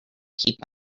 keep